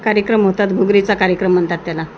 कार्यक्रम होतात घुगरीचा कार्यक्रम म्हणतात त्याला